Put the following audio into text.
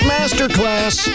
Masterclass